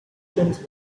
temos